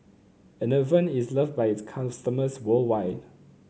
enervon is loved by its customers worldwide